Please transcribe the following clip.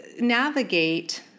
navigate